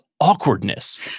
awkwardness